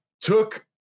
Took